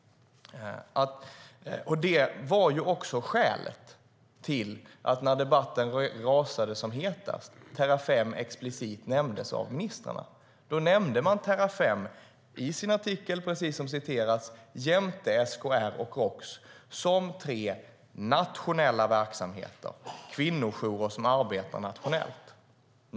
Detta var också skälet till att, när debatten rasade som hetast, Terrafem explicit nämndes av ministrarna. Då nämnde man Terrafem i sin artikel, precis som man har citerat här, jämte SKR och Roks som tre nationella verksamheter - kvinnojourer som arbetar nationellt.